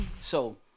So-